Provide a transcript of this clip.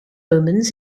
omens